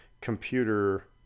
computer